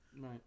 right